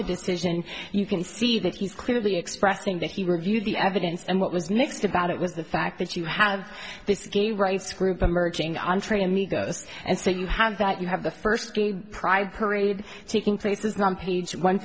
the decision you can see that he's clearly expressing that he reviewed the evidence and what was mixed about it was the fact that you have this gay rights group emerging entre amigos and so you have that you have the first gay pride parade taking place is not page one